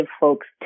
folks